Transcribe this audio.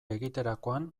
egiterakoan